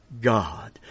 God